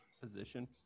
position